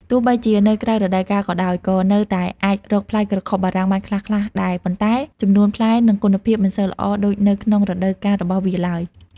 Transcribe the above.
ទោះបីជានៅក្រៅរដូវកាលក៏ដោយ ក៏នៅតែអាចរកផ្លែក្រខុបបារាំងបានខ្លះៗដែរ ប៉ុន្តែចំនួនផ្លែ និងគុណភាពមិនសូវល្អដូចនៅក្នុងរដូវកាលរបស់វាឡើយ។